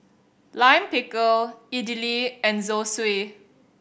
Lime Pickle Idili and Zosui